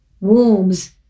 wombs